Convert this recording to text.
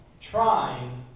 trying